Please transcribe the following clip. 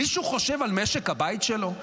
מישהו חושב על משק הבית שלו?